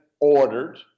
ordered